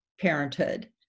parenthood